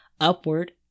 upward